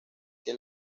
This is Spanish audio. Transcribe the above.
que